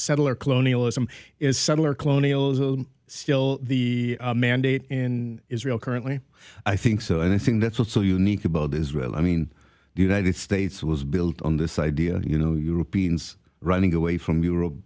settler colonialism is settler colonial is still the mandate in israel currently i think so and i think that's what's so unique about israel i mean the united states was built on the side you know europeans running away from europe